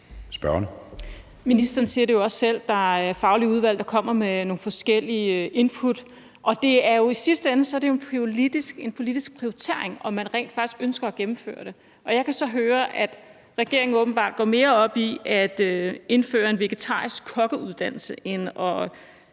Ministeren siger det jo også selv, altså at der er faglige udvalg, der kommer med nogle forskellige input, og i sidste ende er det jo en politisk prioritering, om man rent faktisk ønsker at gennemføre det. Jeg kan så høre, at regeringen åbenbart går mere op i at indføre en vegetarisk kokkeuddannelse end at